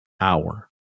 hour